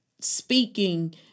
speaking